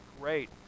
great